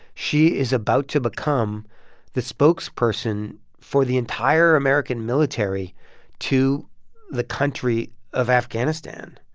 she is about to become the spokesperson for the entire american military to the country of afghanistan,